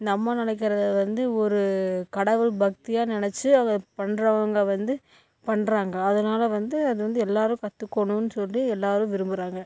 இந்த அம்மன் அழைக்கிறதை வந்து ஒரு கடவுள் பக்தியாக நினச்சி அதை பண்ணுறவங்க வந்து பண்ணுறாங்க அதனால் வந்து அது வந்து எல்லாரும் கற்றுக்கணுன்னு சொல்லி எல்லாரும் விரும்புறாங்க